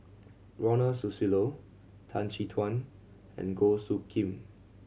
Ronald Susilo Tan Chin Tuan and Goh Soo Khim